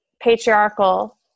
patriarchal